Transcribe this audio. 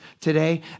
today